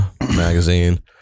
magazine